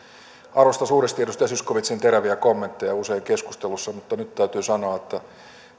arvostan suuresti edustaja zyskowiczin teräviä kommentteja usein keskustelussa mutta nyt täytyy sanoa että